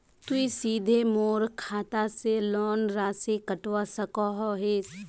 तुई सीधे मोर खाता से लोन राशि कटवा सकोहो हिस?